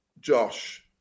Josh